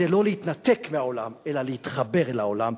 זה לא להתנתק מהעולם אלא להתחבר אל העולם,